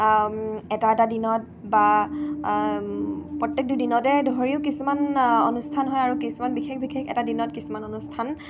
এটা এটা দিনত বা প্ৰত্যেকটো দিনতে ধৰিও কিছুমান অনুষ্ঠান হয় আৰু কিছুমান বিশেষ বিশেষ এটা দিনত কিছুমান অনুষ্ঠান